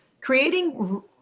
creating